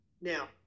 Now